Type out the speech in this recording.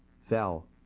fell